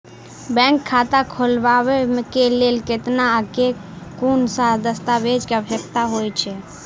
Bank खाता खोलबाबै केँ लेल केतना आ केँ कुन सा दस्तावेज केँ आवश्यकता होइ है?